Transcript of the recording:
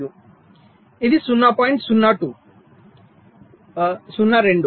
5 ఇది 0